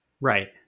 Right